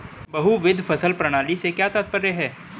बहुविध फसल प्रणाली से क्या तात्पर्य है?